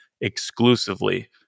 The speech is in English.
exclusively